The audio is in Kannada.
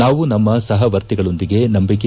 ನಾವು ನಮ್ಮ ಸಹವರ್ತಿಗಳೊಂದಿಗೆ ನಂಬಿಕೆ